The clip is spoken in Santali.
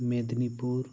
ᱢᱮᱫᱽᱱᱤᱯᱩᱨ